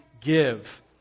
give